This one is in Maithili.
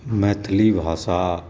मैथिली भाषा